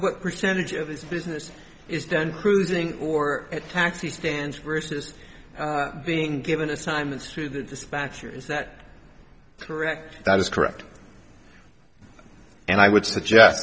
what percentage of this business is done cruising or at taxi stands versus being given assignments to the dispatcher is that correct that is correct and i would suggest